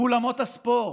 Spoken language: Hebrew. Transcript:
באולמות הספורט,